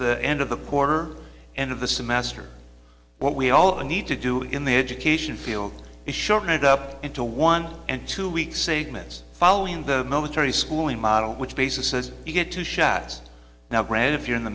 the end of the porter end of the semester what we all need to do in the education field is shorten it up into one and two weeks eight minutes following the military schooling model which basis is to get two shots now brad if you're in the